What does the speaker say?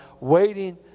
waiting